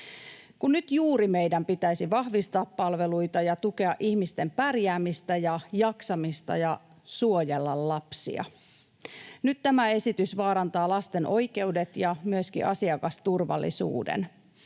nyt juuri meidän pitäisi vahvistaa palveluita ja tukea ihmisten pärjäämistä ja jaksamista ja suojella lapsia. Nyt tämä esitys vaarantaa lasten oikeudet ja myöskin asiakasturvallisuuden.